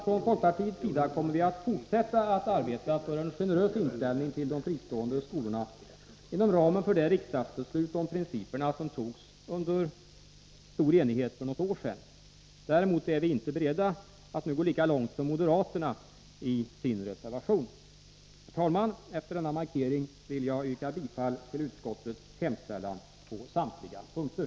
Från folkpartiets sida kommer vi att fortsätta att arbeta för en generös inställning till de fristående skolorna inom ramen för det riksdagsbeslut om principerna som togs under stor enighet för något år sedan. Däremot är vi inte beredda att nu gå lika långt som moderaterna i sin reservation. Herr talman! Efter denna markering vill jag yrka bifall till utskottets hemställan på samtliga punkter.